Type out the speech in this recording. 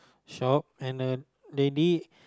shop and the lady